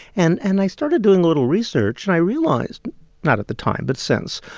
and and i started doing a little research, and i realized not at the time but since